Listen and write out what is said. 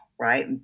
right